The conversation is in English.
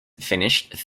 finished